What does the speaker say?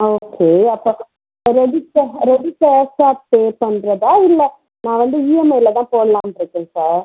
ஆ okay அப்போ ready கே ready கேஷாக பே பண்ணுறதா இல்லை நான் வந்து ஈஎம்ஐயில் தான் போடலான்னு இருக்கேன் சார்